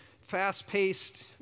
fast-paced